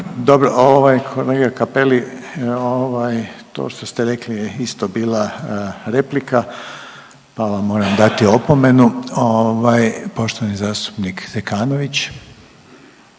Dobro, ovaj kolega Cappelli ovaj to što ste rekli je isto bila replika, pa vam moram dati opomenu. Ovaj poštovani zastupnik Zekanović.